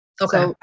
okay